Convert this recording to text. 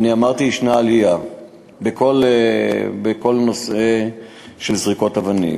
אמרתי, יש עלייה בכל נושא זריקות אבנים.